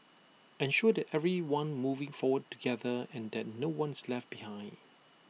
ensure that everyone moving forward together and that no one is left behind